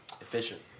efficient